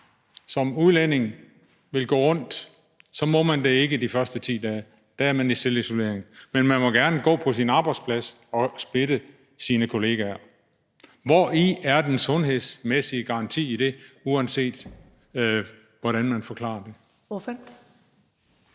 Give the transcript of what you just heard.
som udlænding vil gå rundt, må man det ikke de første 10 dage; der er man i selvisolering, men man må gerne gå på sin arbejdsplads og smitte sine kolleger. Hvori er den sundhedsmæssige garanti i det, uanset hvordan man forklarer det?